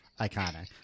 iconic